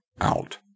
out